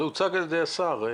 זה הוצג על ידי סגן השר.